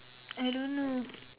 I don't know